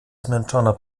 zmęczona